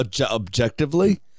objectively